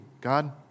God